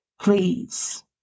Please